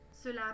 Cela